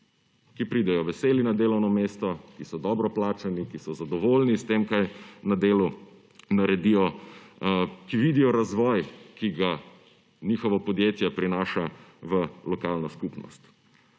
ki pridejo veseli na delovno mesto, ki so dobro plačani, ki so zadovoljni s tem, kaj na delu naredijo, ki vidijo razvoj, ki ga njihovo podjetje prinaša v lokalno skupnost.